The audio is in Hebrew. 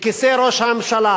בכיסא ראש הממשלה,